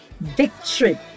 Victory